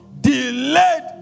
delayed